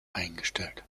eingestellt